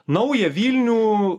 naują vilnių